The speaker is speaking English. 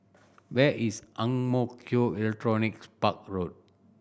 where is Ang Mo Kio Electronics Park Road